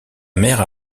mère